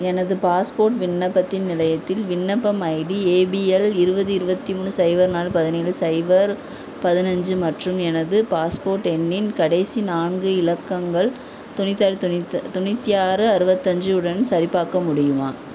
எனது பாஸ்போர்ட் விண்ணப்பத்தின் நிலையத்தில் விண்ணப்பம் ஐடி ஏபிஎல் இருபது இருபத்தி மூணு சைபர் நாலு பதினேலு சைபர் பதினைஞ்சு மற்றும் எனது பாஸ்போர்ட் எண்ணின் கடைசி நான்கு இலக்கங்கள் தொண்ணூற்றி ஆறு தொண்ணூற்றி தொண்ணூற்றி ஆறு அறுபத்தஞ்சி உடன் சரிபார்க்க முடியுமா